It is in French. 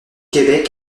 québec